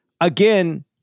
again